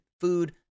food